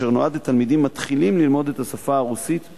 אשר נועד לתלמידים המתחילים ללמוד את השפה הרוסית מאפס.